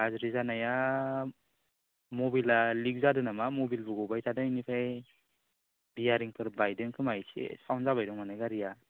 गाज्रि जानाया मबिलआ लिक जादों नामा मबिलल' गबाय थादों बेनिफ्राय बियारिंफोर बायदों खोमा इसे साउन्ड जाबाय दं माने गारिया